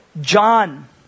John